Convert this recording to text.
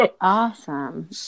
Awesome